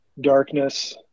darkness